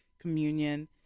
communion